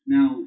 Now